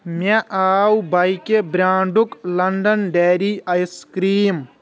مےٚ آو بایکہِ برانڈُک لنڈن ڈیری آیس کرٛیٖم